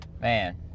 Man